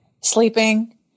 Sleeping